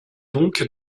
donc